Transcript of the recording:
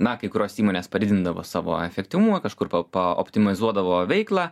na kai kurios įmonės padidindavo savo efektyvumą kažkur paoptimizuodavo veiklą